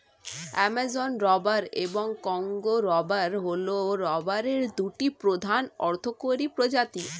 Amazon rubber এবং Congo rubber হল রাবারের দুটি প্রধান অর্থকরী প্রজাতি